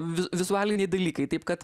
vizualiniai dalykai taip kad